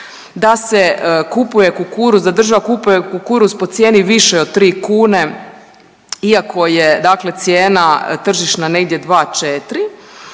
da se kupuje kukuruz, da država kupuje kukuruz po cijeni višoj od 3 kune iako je dakle cijena tržišna negdje 2,4